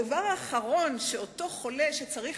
הדבר האחרון שצריך אותו חולה שצריך